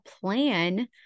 plan